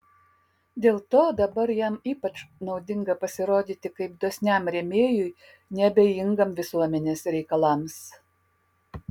dėl to dabar jam ypač naudinga pasirodyti kaip dosniam rėmėjui neabejingam visuomenės reikalams